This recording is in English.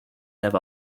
have